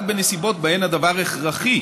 רק בנסיבות שבהן הדבר הכרחי